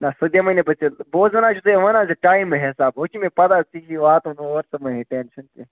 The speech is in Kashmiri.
نہ سُہ دِمَے نہٕ بہٕ ژےٚ بہٕ حظ وَنان چھُس تُہۍ وَنان زِ ٹایمہٕ حِساب وٕچھِ مےٚ پَتہ ژے واتُن اور ژٕ بَنہِ ہے ٹٮ۪نشَن کیٚنٛہہ